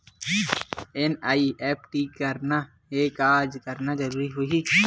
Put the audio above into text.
NEFT करना हे का करना होही?